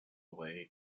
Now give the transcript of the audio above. away